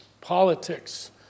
politics